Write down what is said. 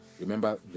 Remember